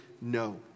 no